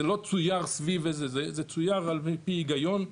זה לא צויר סביב זה, זה צויר על פי היגיון,